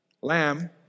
lamb